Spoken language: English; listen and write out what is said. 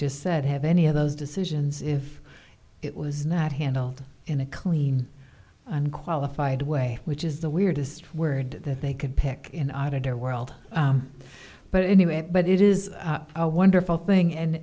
just said have any of those decisions if it was not handled in a clean unqualified way which is the weirdest word that they could pick in our to do world but anyway but it is a wonderful thing and